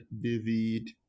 David